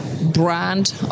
brand